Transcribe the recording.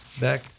back